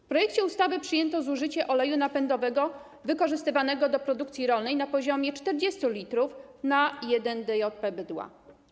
W projekcie ustawy przyjęto zużycie oleju napędowego wykorzystywanego do produkcji rolnej na poziomie 40 l na 1 DJP bydła.